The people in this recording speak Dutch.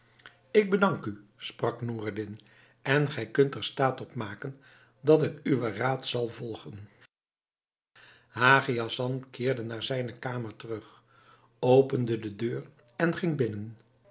ik bedank u sprak noureddin en gij kunt er staat op maken dat ik uwen raad zal volgen hagi hassan keerde naar zijne kamer terug opende de deur en ging binnen